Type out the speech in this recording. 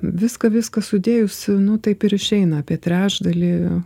viską viską sudėjus nu taip ir išeina apie trečdalį